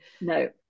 No